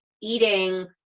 eating